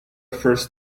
first